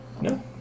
No